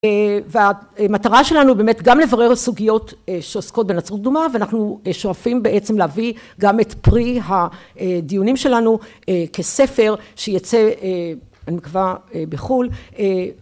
והמטרה שלנו באמת גם לברר סוגיות שעוסקות בנצרות קדומה ואנחנו שואפים בעצם להביא גם את פרי הדיונים שלנו כספר שיצא אני מקווה בחו"ל